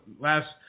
last